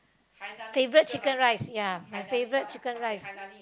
favourite chicken rice ya my favourite chicken rice